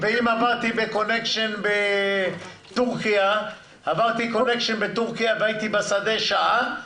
ואם עברתי קונקשן בטורקיה והייתי בשדה שעה,